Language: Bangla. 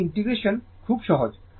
এই ইন্টিগ্রেশন খুব সহজ